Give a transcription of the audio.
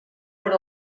per